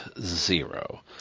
zero